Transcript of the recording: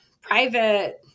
private